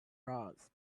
nurse